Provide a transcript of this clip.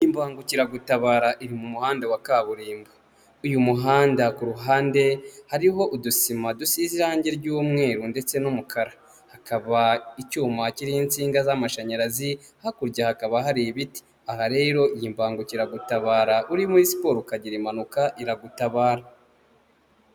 Imbangukiragutabara iri mu muhanda wa kaburimbo. Uyu muhanda ku ruhande, hariho udusima dusize irangi ry'umweru ndetse n'umukara. Hakaba icyuma kiriho insinga z'amashanyarazi, hakurya hakaba hari ibiti. Aha rero, iyi mbangukiragutabara uri muri siporo ukagira impanuka, iragutabara.